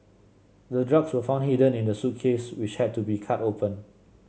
the drugs were found hidden in the suitcase which had to be cut open